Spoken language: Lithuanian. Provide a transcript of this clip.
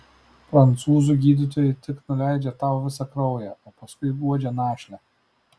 prancūzų gydytojai tik nuleidžia tau visą kraują o paskui guodžia našlę